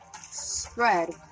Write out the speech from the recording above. spread